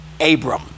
Abram